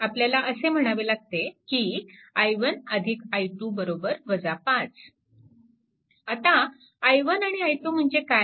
आपल्याला असे म्हणावे लागते की i1 i2 5 आता i1 आणि i2 म्हणजे काय